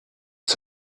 ist